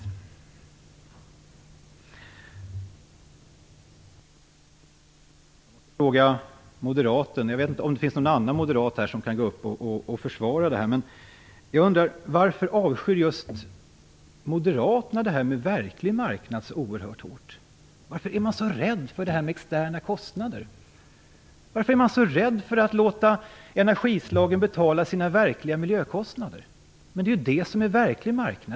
Jag måste fråga moderaterna en sak. Det kanske finns någon annan moderat som kan gå upp och försvara detta. Jag undrar varför just moderaterna avskyr detta med verklig marknad så oerhört starkt. Varför är man så rädd för detta med externa kostnader? Varför är man så rädd för att låta energislagen betala sina verkliga miljökostnader? Det är ju detta som är verklig marknad.